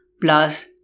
plus